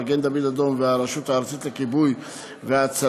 מגן דוד אדום והרשות הארצית לכיבוי ולהצלה,